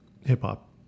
hip-hop